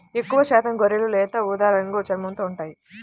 ఎక్కువశాతం గొర్రెలు లేత ఊదా రంగు చర్మంతో ఉంటాయి